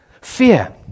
fear